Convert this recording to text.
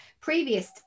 previous